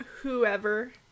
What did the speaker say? whoever